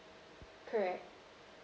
correct